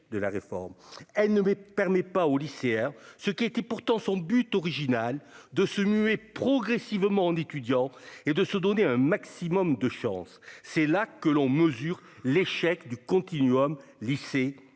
de la réforme, elle ne me permet pas aux lycéens, ce qui était pourtant son but original de se muer progressivement d'étudiants et de se donner un maximum de chances, c'est là que l'on mesure l'échec du continuum lycée licence,